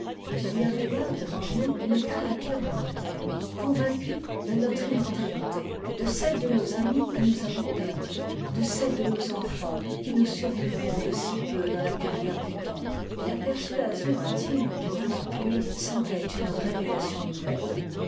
il y avait là devant nous une créature mortelle convaincue de notre immortalité de celle de nos amis que nous avons perdus de celle de nos enfants qui nous survivront de si peu dans la carrière du temps et la persuasion intime d'une âme pure semmait une révélation nouvelle